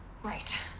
right.